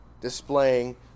displaying